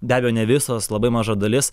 be abejo ne visos labai maža dalis